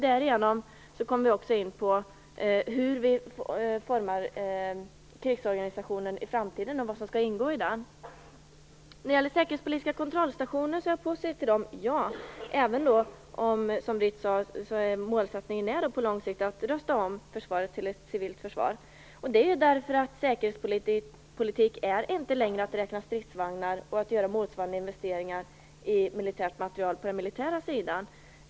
Därigenom kommer vi också in på hur vi formar krigsorganisationen i framtiden och vad som skall ingå i den. Jag är positiv till säkerhetspolitiska kontrollstationer, även om målsättningen på lång sikt är att rusta om försvaret till ett civilt försvar. Det är jag därför att säkerhetspolitik inte längre är att räkna stridsvagnar och att göra motsvarande investeringar i militärt material på den militära sidan.